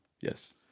Yes